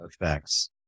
effects